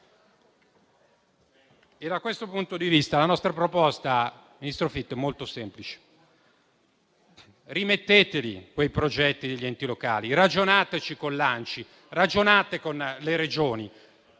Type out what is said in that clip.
Da questo punto di vista, la nostra proposta, ministro Fitto, è molto semplice: ripristinate quei progetti degli enti locali; ragionateci con l'ANCI e con le Regioni;